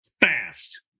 fast